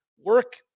work